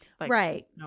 Right